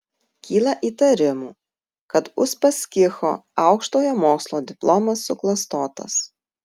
kyla įtarimų kad uspaskicho aukštojo mokslo diplomas suklastotas